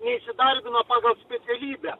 ne įsidarbino pagal specialybę